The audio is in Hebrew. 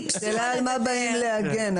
השאלה היא על מה באים להגן.